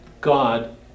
God